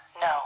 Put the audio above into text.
no